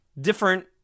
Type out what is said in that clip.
different